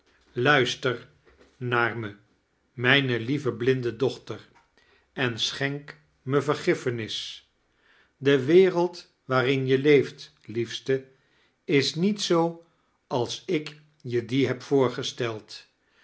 luisteir naar me mijne lieve blinde dochter en schenk mij vergiffenis de wereld waarin je leeft liefste is niet zoo ale ik je die heb voorgesteld